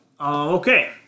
Okay